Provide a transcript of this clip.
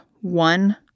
one